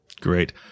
Great